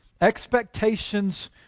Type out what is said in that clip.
expectations